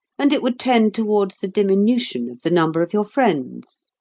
and it would tend towards the diminution of the number of your friends.